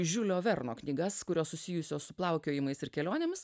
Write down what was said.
žiulio verno knygas kurios susijusios su plaukiojimais ir kelionėmis